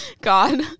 god